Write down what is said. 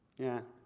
yeah.